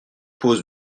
posent